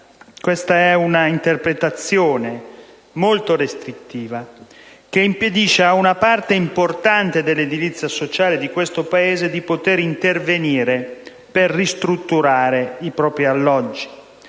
Questa è un'interpretazione molto restrittiva, che impedisce a una parte importante dell'edilizia sociale di questo Paese di intervenire per ristrutturare i propri alloggi.